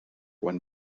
when